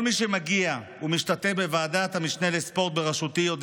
כל מי שמגיע ומשתתף בוועדת המשנה לספורט בראשותי יודע